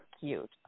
cute